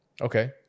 Okay